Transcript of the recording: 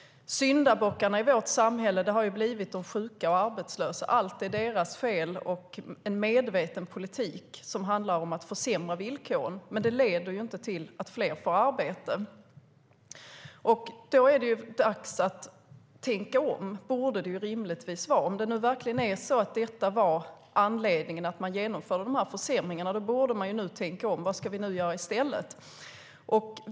Syndabockarna i vårt samhälle har blivit de sjuka och arbetslösa. Allt är deras fel. Det är en medveten politik att försämra villkoren, men det leder inte till att fler får arbete. Då är det dags att tänka om, eller borde rimligtvis vara det. Om det nu verkligen var det som var anledningen till att man genomförde de här försämringarna borde man nu tänka om: Vad ska vi göra i stället?